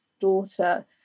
daughter